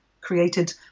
created